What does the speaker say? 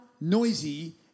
noisy